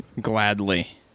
gladly